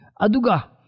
Aduga